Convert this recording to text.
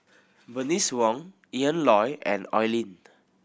Bernice Wong Ian Loy and Oi Lin